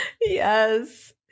Yes